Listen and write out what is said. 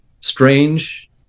strange